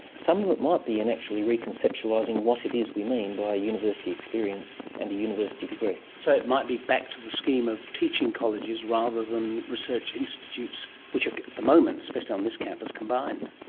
some of it might be in actually reconceptualising what it is we mean by a university experience and a university degree. so it might be back to the scheme of teaching colleges rather than research institutes which at the moment, especially on this campus, are combined.